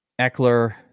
Eckler